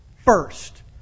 First